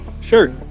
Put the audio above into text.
Sure